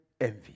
envy